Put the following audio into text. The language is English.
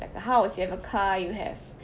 like a house you have a car you have